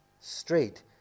straight